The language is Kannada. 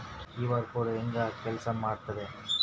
ಕ್ಯೂ.ಆರ್ ಕೋಡ್ ಹೆಂಗ ಕೆಲಸ ಮಾಡುತ್ತೆ?